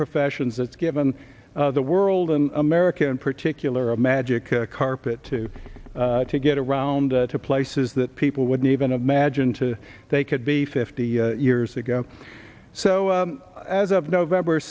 professions that's given the world in america in particular a magic carpet too to get around to places that people wouldn't even imagine to they could be fifty years ago so as of november